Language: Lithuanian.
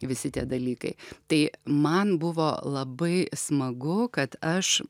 visi tie dalykai tai man buvo labai smagu kad aš